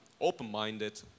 open-minded